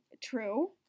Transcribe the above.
True